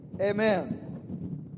Amen